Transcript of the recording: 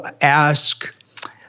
ask